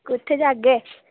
कुत्थै जाह्गे